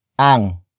ang